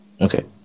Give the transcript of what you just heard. okay